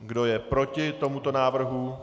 Kdo je proti tomuto návrhu?